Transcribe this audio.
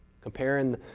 Comparing